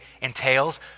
entails